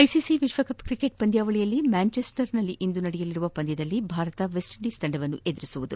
ICC ವಿಶ್ವಕಪ್ cricket ಪಂದ್ವಾವಳಿಯಲ್ಲಿ ಮ್ಯಾಂಚೆಸ್ಟರ್ನಲ್ಲಿಂದು ನಡೆಯಲಿರುವ ಪಂದ್ವದಲ್ಲಿ ಭಾರತ ವೆಸ್ಟ್ ಇಂಡೀಸ್ ತಂಡವನ್ನು ಎದುರಿಸಲಿದೆ